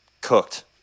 Cooked